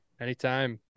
Anytime